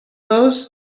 those